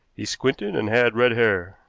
he squinted and had red hair.